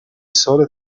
sole